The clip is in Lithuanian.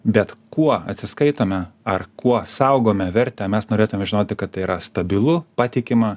bet kuo atsiskaitome ar kuo saugome vertę mes norėtume žinoti kad tai yra stabilu patikima